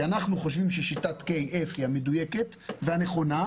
אנחנו חושבים ששיטת KF היא המדויקת והנכונה.